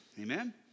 Amen